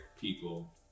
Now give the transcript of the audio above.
people